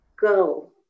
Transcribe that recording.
go